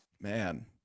man